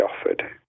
offered